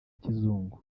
kizungu